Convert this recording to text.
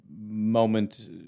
moment